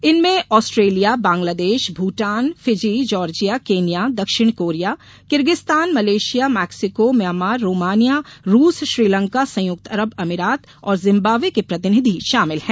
इनमें Australia Bangladesh Bhutan Fiji Georgia Kenya दक्षिण Korea Kyrgyzstan Malaysia Mexico Myanmar Romania रूस श्रीलंका संयुक्त अरब अमारात और जिम्बाब्वे के प्रतिनिधि शामिल हैं